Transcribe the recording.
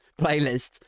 playlist